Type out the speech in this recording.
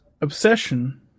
obsession